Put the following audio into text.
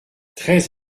treize